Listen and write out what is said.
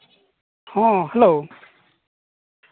ᱦᱮᱸ ᱦᱮᱞᱳ